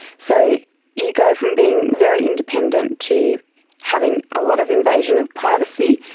so you go from being very independent to having a lot of invasion of privacy,